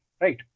right